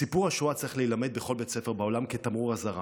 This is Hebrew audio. סיפור השואה צריך להילמד בכל בית ספר בעולם כתמרור אזהרה,